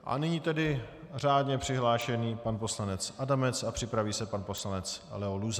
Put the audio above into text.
A nyní tedy řádně přihlášený pan poslanec Adamec a připraví se pan poslanec Leo Luzar.